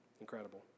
Incredible